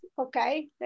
okay